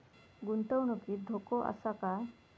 गुंतवणुकीत धोको आसा काय?